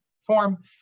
form